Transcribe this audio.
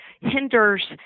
hinders